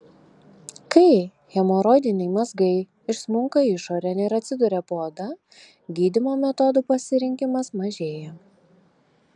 kai hemoroidiniai mazgai išsmunka išorėn ir atsiduria po oda gydymo metodų pasirinkimas mažėja